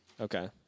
Okay